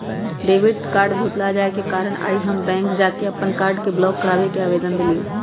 debit card भुतला जाय के कारण आइ हम बैंक जा कऽ अप्पन कार्ड के ब्लॉक कराबे के आवेदन देलियइ